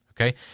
okay